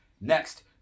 Next